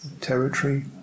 territory